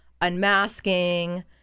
unmasking